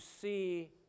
see